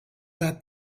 that